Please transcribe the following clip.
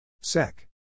Sec